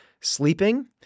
sleeping